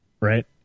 right